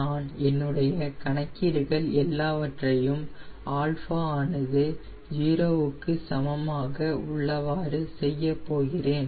நான் என்னுடைய கணக்கீடுகள் எல்லாவற்றையும் α ஆனது 0 க்கு சமமாக உள்ளவாறு செய்யப்போகிறேன்